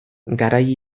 garai